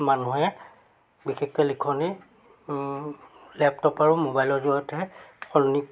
মানুহে বিশেষকৈ লিখনিৰ লেপটপ আৰু মোবাইলৰ জৰিয়তে